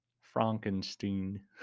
Frankenstein